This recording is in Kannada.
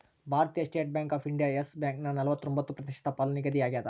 ಭಾರತೀಯ state bank of India yes ಬ್ಯಾಂಕನ ನಲವತ್ರೊಂಬತ್ತು ಪ್ರತಿಶತ ಪಾಲು ನಿಗದಿಯಾಗ್ಯದ